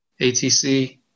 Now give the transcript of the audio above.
ATC